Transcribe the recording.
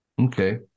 Okay